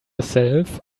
yourself